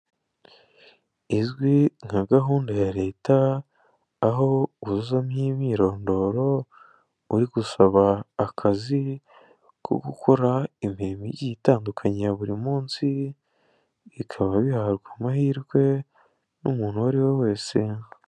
Izwi nka gahunda ya leta aho wuzuzamwo imyorondoro uri gusaba akazi ko gukora imirimo igiye itandukanye ya buri munsi bikaba bihabwa amahirwe n'umuntu uwo ariwe wese.